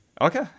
okay